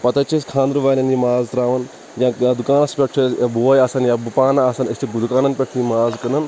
پَتہٕ حظ چھِ أسۍ خانٛدرٕ والیٚن یِم ماز ترٛاوان یا دُکانَس پیٚٹھ چھُ اسہِ بوے آسان یا بہٕ پانہٕ آسان أسۍ چھِ دُکانَن پیٚٹھ تہِ یہِ ماز کٕنان